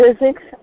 Physics